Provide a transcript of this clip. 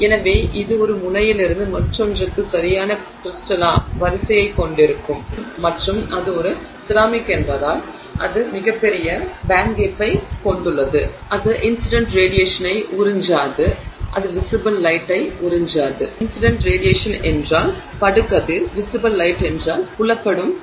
எனவே இது ஒரு முனையிலிருந்து மற்றொன்றுக்கு சரியான கிரிஸ்டலா வரிசையைக் கொண்டிருக்கும் மற்றும் அது ஒரு செராமிக் என்பதால் அது மிகப் பெரிய பேண்ட்கேப்பைக் கொண்டுள்ளது அது இன்சிடென்ட் ரேடியேஷனை உறிஞ்சாது அது விசிபிள் லைட்டை உறிஞ்சாது